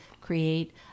create